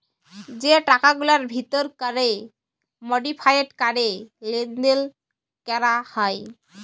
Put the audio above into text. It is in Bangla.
যে টাকাগুলার ভিতর ক্যরে মডিফায়েড ক্যরে লেলদেল ক্যরা হ্যয়